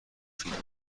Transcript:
فیلما